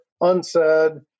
unsaid